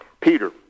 Peter